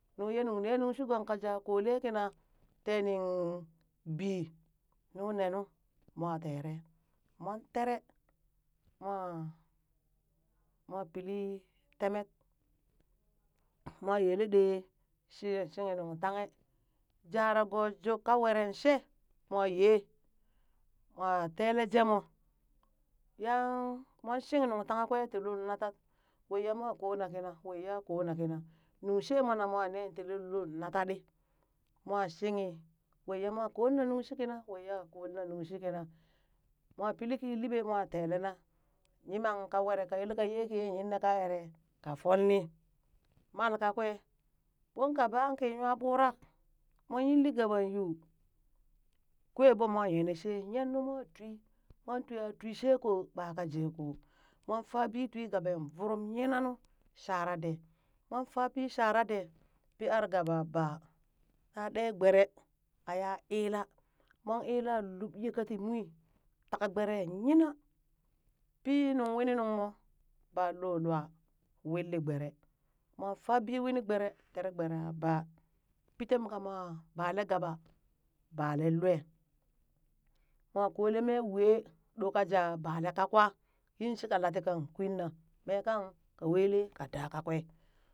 Ye nung ne nung shi gong ka jaa kole kina teniŋ bii nu ne nu mwa tere, mon tere mwa mwa pilli temet, mwa yele ɗee shi yel shinghi nung tanghe, jara go junk ka weren she, mwa yee mwa tele jemo, yan mon shing nuŋ tanghe kwe ti lul natat waiya mwa kona kina waiya kona kina, nung she mona mwa ne ti lul lul nataɗi mwa shinghi, waiya mwa kona nuŋ shi kina waiya mwa kona nung shi kina, mwa pil ki liɓe mwa tele na, yimang ka were ka yilka ye kiye yinna ka ere ka folni mal kakwe, ɓonka baan ki nwa ɓurak, mon yilli gaɓan yuu, kwen ɓo mwa yene shee yeen nu mwa twi, mon twi ah twi she ko ɓa ka jee ko mon fa bi twi gaɓen vurum yinanu shara dee mon fa bi shara dee, pii ar gaɓa baa ta ɗe gbere aya ila mon ila lob ye kati mui, taka gbere nyina pi nung wini nung mo baa lo lua willi gbere, mon faa bi wini gbere tere gbere a baa, pi tem ka mwa bale gaɓa balen lue mwa ba, mwa kole mee wee ɗo ka jaa a bale kakwa yin shika lati kang kwina mee kang ka wele ka daa kakwe.